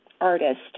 Artist